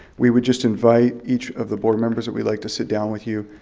we would just invite each of the board members, that we'd like to sit down with you,